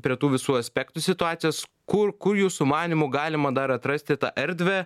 prie tų visų aspektų situacijos kur kur jūsų manymu galima dar atrasti tą erdvę